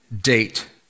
date